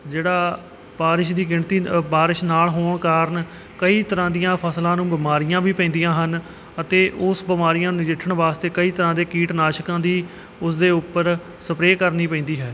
ਜਿਹੜਾ ਬਾਰਿਸ਼ ਦੀ ਗਿਣਤੀ ਅ ਬਾਰਿਸ਼ ਨਾਲ ਹੋਣ ਕਾਰਨ ਕਈ ਤਰ੍ਹਾਂ ਦੀਆਂ ਫ਼ਸਲਾਂ ਨੂੰ ਬਿਮਾਰੀਆਂ ਵੀ ਪੈਂਦੀਆਂ ਹਨ ਅਤੇ ਉਸ ਬਿਮਾਰੀਆਂ ਨੂੰ ਨਜਿੱਠਣ ਵਾਸਤੇ ਕਈ ਤਰ੍ਹਾਂ ਦੇ ਕੀਟਨਾਸ਼ਕਾਂ ਦੀ ਉਸ ਦੇ ਉੱਪਰ ਸਪਰੇਅ ਕਰਨੀ ਪੈਂਦੀ ਹੈ